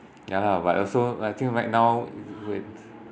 ya lah but also I think right now it's